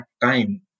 time